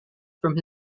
from